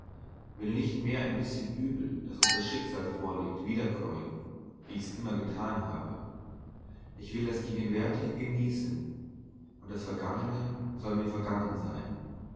will nicht mehr ein bißchen übel das uns das schicksal vorlegt wiederkäuen wie ich's immer getan habe ich will das gegenwärtige genießen und das vergangene soll mir vergangen sein